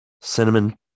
cinnamon